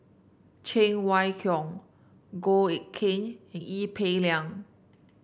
Cheng Wai Keung Goh Eck Kheng and Ee Peng Liang